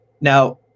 Now